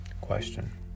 Question